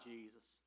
Jesus